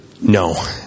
No